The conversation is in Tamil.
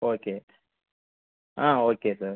okay ah okay sir